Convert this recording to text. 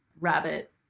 rabbit